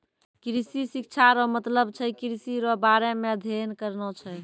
कृषि शिक्षा रो मतलब छै कृषि रो बारे मे अध्ययन करना छै